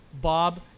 Bob